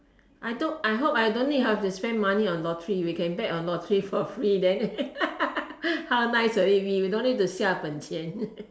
I told I hope I don't need have to spend money on lottery we can bet on lottery for free then how nice will it be we don't need to 下本钱